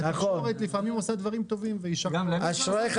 התקשורת לפעמים עושה דברים טובים ויישר כוח.